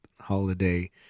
holiday